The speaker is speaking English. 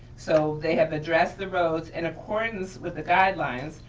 so they have addressed the roads in accordance with the guidelines.